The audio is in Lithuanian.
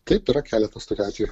taip yra keletas tokių atvejų